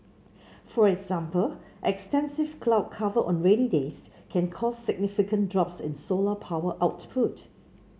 for example extensive cloud cover on rainy days can cause significant drops in solar power output